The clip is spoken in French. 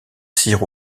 cyr